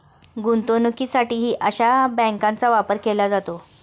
गुंतवणुकीसाठीही अशा बँकांचा वापर केला जातो